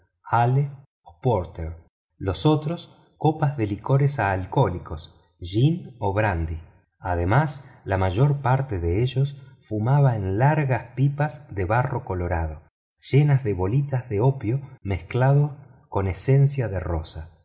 o porter los otros copas de licores alcohólicos gin o brandy además la mayor parte de ellos fumaba en largas pipas de barro colorado llenas de bolitas de opio mezclado con esencia de rosa